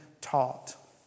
taught